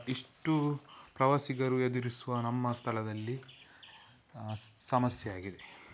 ಇಷ್ಟು ಪ್ರವಾಸಿಗರು ಎದುರಿಸುವ ನಮ್ಮ ಸ್ಥಳದಲ್ಲಿ ಸಮಸ್ಯೆಯಾಗಿದೆ